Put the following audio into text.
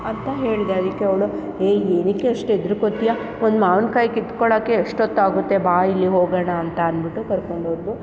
ಅಂತ ಹೇಳಿದೆ ಅದಕ್ಕೆ ಅವಳು ಯೇ ಏನಕ್ಕೆ ಅಷ್ಟು ಹೆದ್ರಿಕೊಳ್ತ್ಯ ಒಂದು ಮಾವಿನ ಕಾಯಿ ಕಿತ್ಕೊಳ್ಳೋಕ್ಕೆ ಎಷ್ಟೊತ್ತಾಗುತ್ತೆ ಬಾ ಇಲ್ಲಿ ಹೋಗೋಣ ಅಂತ ಅಂದ್ಬಿಟ್ಟು ಕರ್ಕೊಂಡು ಹೋದಳು